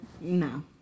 no